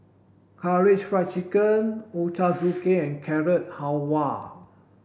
Karaage Fried Chicken Ochazuke and Carrot Halwa